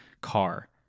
car